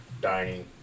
dining